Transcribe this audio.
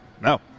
no